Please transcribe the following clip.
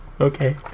Okay